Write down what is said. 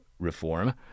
Reform